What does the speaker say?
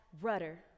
rudder